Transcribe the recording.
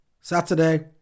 Saturday